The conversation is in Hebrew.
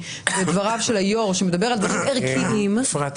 לדבריו של היו"ר שמדברים על דברים ערכיים --- אפרת,